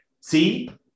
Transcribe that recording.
see